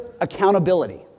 accountability